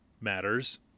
matters